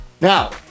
Now